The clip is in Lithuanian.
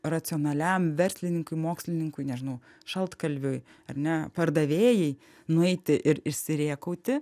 racionaliam verslininkui mokslininkui nežinau šaltkalviui ar ne pardavėjai nueiti ir išsirėkauti